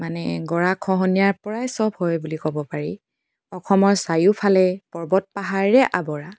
মানে গৰাখহনীয়াৰ পৰাই চব হয় পাৰে বুলি ক'ব পাৰি অসমৰ চাৰিওফালে পৰ্বত পাহাৰেৰে আৱৰা